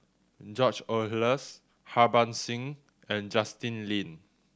George Oehlers Harbans Singh and Justin Lean